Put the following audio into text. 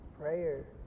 Prayer